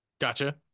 Gotcha